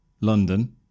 London